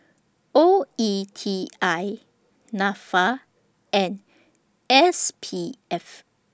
O E T I Nafa and S P F